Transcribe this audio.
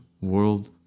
world